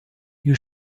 you